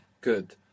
Good